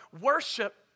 worship